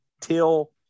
till